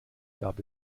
gab